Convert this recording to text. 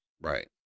right